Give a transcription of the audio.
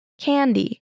Candy